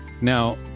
now